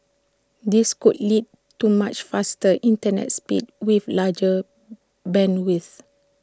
this could lead to much faster Internet speeds with larger bandwidths